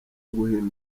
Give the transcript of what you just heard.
guhimba